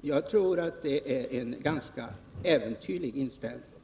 Jag tror att det är en ganska äventyrlig inställning.